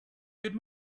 good